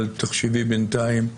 אבל תחשבי בינתיים,